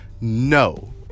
No